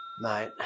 Mate